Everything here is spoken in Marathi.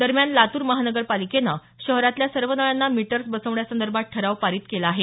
दरम्यानलातूर महानगरपालिकेनं शहरातल्या सर्व नळांना मीटर्स बसवण्यासंदर्भात ठराव पारित केला आहे